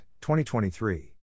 2023